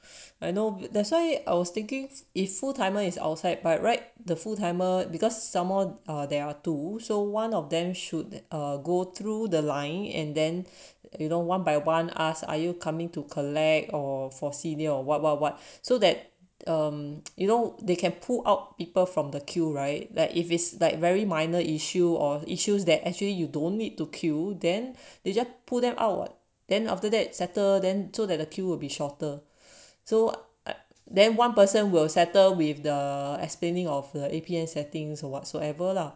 I know that's why I was thinking if full timer is outside by right the full timer because someone there are two so one of them should go through the line and then you don't want buy one asked are you coming to collect or for senior or what what what so that um you know they can pull out people from the queue right like if it's like very minor issue or issues that actually you don't need to queue then they just pull them out what then after that settle then so that the queue will be shorter so then one person will settle with the explaining of the A_P_N settings or whatsoever lah